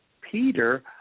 Peter